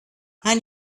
and